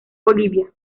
bolivia